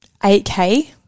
8k